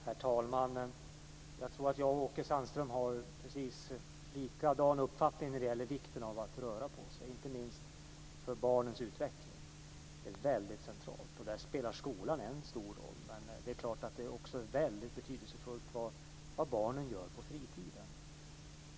Herr talman! Jag tror att jag och Åke Sandström har samma uppfattning när det gäller vikten av att röra på sig. Det är väldigt centralt inte minst för barnens utvecklingen. Där spelar skolan en stor roll, men det är också väldigt betydelsefullt vad barnen gör på fritiden.